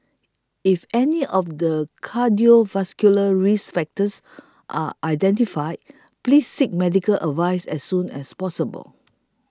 if any of the cardiovascular risk factors are identified please seek medical advice as soon as possible